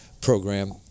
program